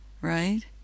right